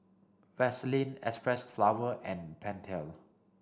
Vaseline Xpressflower and Pentel